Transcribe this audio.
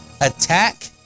attack